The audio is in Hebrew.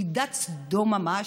מיטת סדום ממש.